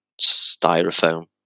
styrofoam